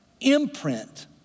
imprint